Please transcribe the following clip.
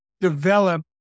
develop